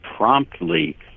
Promptly